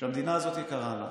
שהמדינה הזאת יקרה להם,